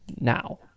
now